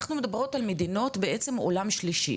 אנחנו מדברות על מדינות בעצם 'עולם שלישי',